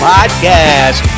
Podcast